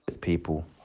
People